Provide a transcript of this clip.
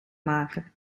maken